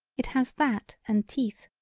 it has that and teeth,